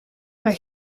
maar